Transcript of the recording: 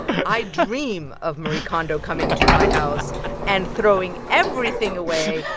i dream of marie kondo coming to my house and throwing everything away,